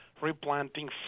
replanting